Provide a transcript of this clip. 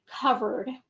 covered